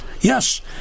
Yes